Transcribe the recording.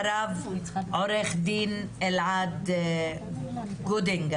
זה אמנם בסופו של דבר כך הוחלט והונחת כפי שנאמר